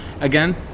again